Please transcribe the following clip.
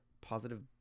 positive